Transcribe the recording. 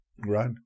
Right